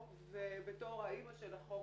בתור האימא של החוק,